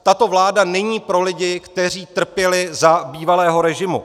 Tato vláda není pro lidi, kteří trpěli za bývalého režimu.